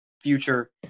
future